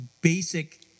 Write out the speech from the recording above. basic